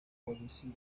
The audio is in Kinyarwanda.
polisi